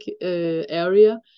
area